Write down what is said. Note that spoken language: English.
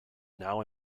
now